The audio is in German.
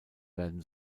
werden